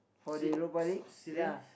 si~ s~ serious